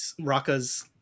Raka's